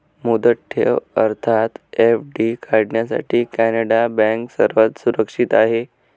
मुदत ठेव अर्थात एफ.डी काढण्यासाठी कॅनडा बँक सर्वात सुरक्षित आहे